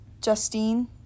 Justine